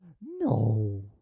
No